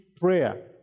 prayer